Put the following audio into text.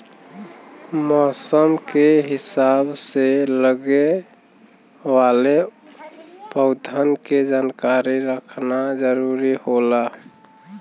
मौसम के हिसाब से लगे वाले पउधन के जानकारी रखना जरुरी होला